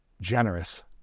generous